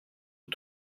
aux